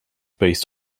based